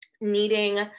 needing